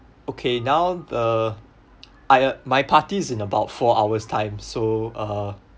okay now the I uh my party's in about four hours time so uh